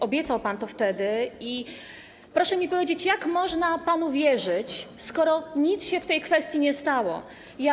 Obiecał pan to wtedy i proszę mi powiedzieć, jak można panu wierzyć, skoro nic się w tej kwestii nie wydarzyło.